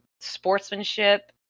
sportsmanship